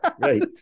right